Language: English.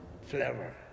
flavor